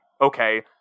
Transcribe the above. okay